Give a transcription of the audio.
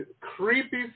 creepy